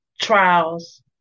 trials